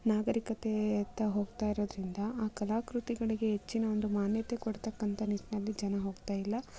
ನಾಗರೀಕತೆಯತ್ತ ಹೋಗ್ತಾ ಇರೋದ್ರಿಂದ ಆ ಕಲಾಕೃತಿಗಳಿಗೆ ಹೆಚ್ಚಿನ ಒಂದು ಮಾನ್ಯತೆ ಕೊಡ್ತಕ್ಕಂಥ ನಿಟ್ಟಿನಲ್ಲಿ ಜನ ಹೋಗ್ತಾ ಇಲ್ಲ